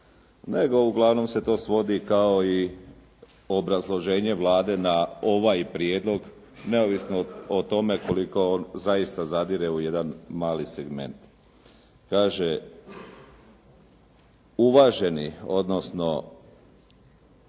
nego uglavnom se to svodi kao i obrazloženje Vlade na ovaj prijedlog neovisno o tome koliko on zaista zadire u jedan mali segment. Kaže, uvaženi odnosno